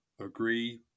agree